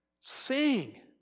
sing